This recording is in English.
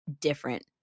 different